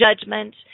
judgment